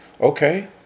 okay